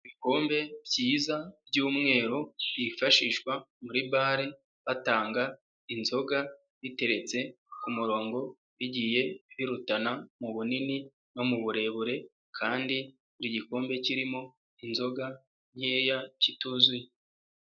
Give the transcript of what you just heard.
Ibikombe byiza by'umweru, byifashishwa muri bale batanga inzoga, biteretse ku murongo bigiye birutana mu bunini no mu burebure, kandi buri gikombe kirimo inzoga nkeya kituzuye.